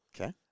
Okay